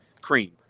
Cream